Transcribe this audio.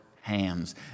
hands